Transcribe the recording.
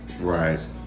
Right